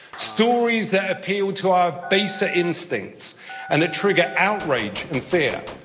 stories that appeal to our baser instincts and that trigger outrage and fear.